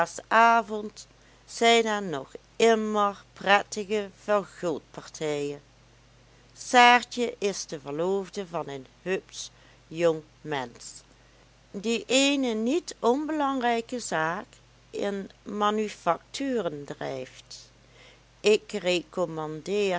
zijn er nog immer prettige verguldpartijen saartje is de verloofde van een hupsch jong mensch die eene niet onbelangrijke zaak in manufacturen drijft ik